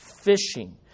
fishing